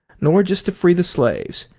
nor just to free the slaves,